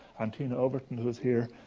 and tina overton, who is here